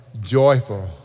joyful